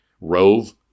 Rove